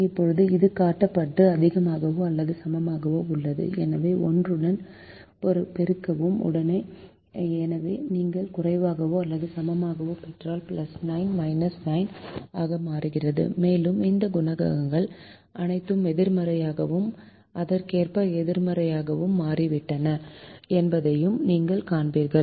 இப்போது இது கட்டுப்பாட்டுக்கு அதிகமாகவோ அல்லது சமமாகவோ உள்ளது எனவே 1 உடன் பெருக்கவும் எனவே நீங்கள் குறைவாகவோ அல்லது சமமாகவோ பெற்றால் 9 9 ஆக மாறுகிறது மேலும் இந்த குணகங்கள் அனைத்தும் எதிர்மறையாகவும் அதற்கேற்ப எதிர்மறையாகவும் மாறிவிட்டன என்பதை நீங்கள் காண்பீர்கள்